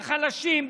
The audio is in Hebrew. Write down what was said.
בחלשים,